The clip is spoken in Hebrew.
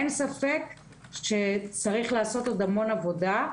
אין ספק שצריך לעשות עוד המון עבודה.